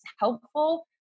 helpful